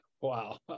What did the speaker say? wow